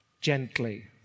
gently